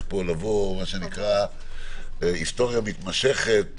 היסטוריה מתמשכת.